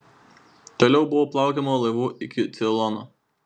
toliau buvo plaukiama laivu iki ceilono